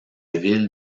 ville